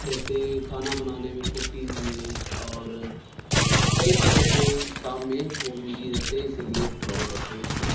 जैसे खाना बनाने में कुकीज़ में और कई तरह के काम में वो बिजी रहते इसी लिए इस्ट्रांग रहते हैं